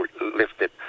lifted